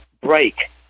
break